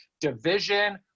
division